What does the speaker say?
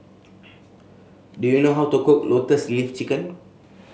do you know how to cook Lotus Leaf Chicken